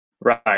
right